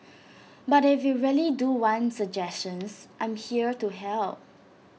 but if you really do want suggestions I am here to help